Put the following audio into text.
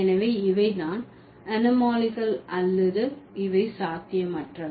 எனவே இவை தான் அனோமாலிகள் அல்லது இவை சாத்தியமற்றவை